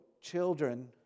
children